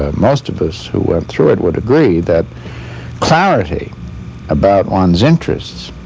ah most of us who went through it would agree, that clarity about one's interests,